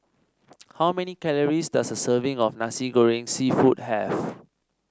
how many calories does a serving of Nasi Goreng seafood have